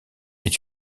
est